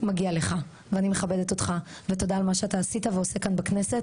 מגיע לך ואני מכבדת אותך ותודה על מה שאתה עשית ועושה כאן בכנסת.